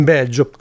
Belgio